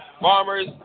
Farmers